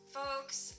folks